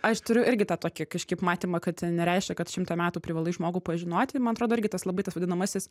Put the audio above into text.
aš turiu irgi tą tokį kažkaip matymą kad nereiškia kad šimtą metų privalai žmogų pažinoti man atrodo irgi tas labai tas vadinamasis